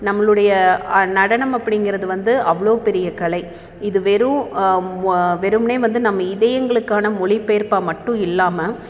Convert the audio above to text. நம்முளுடைய நடனம் அப்படிங்கிறது வந்து அவ்வளோ பெரிய கலை இது வெறும் வெறுமனே வந்து நம்ம இதயங்களுக்கான மொழிபெயர்ப்பாக மட்டும் இல்லாமல்